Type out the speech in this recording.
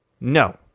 No